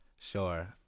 Sure